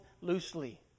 loosely